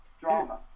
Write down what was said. drama